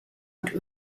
und